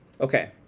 Okay